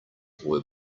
were